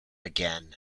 again